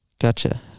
Gotcha